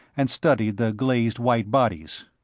and studied the glazed white bodies.